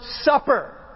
supper